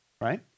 right